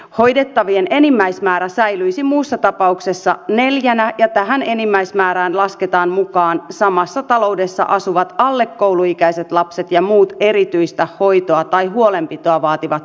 hoidettavien enimmäismäärä säilyisi muussa tapauksessa neljänä ja tähän enimmäismäärään lasketaan mukaan samassa taloudessa asuvat alle kouluikäiset lapset ja muut erityistä hoitoa tai huolenpitoa vaativat henkilöt